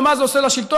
ומה זה עושה לשלטון.